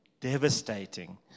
devastating